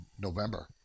November